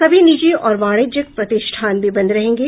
सभी निजी और वाणिज्यिक प्रतिष्ठान भी बंद रहेंगे